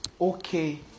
okay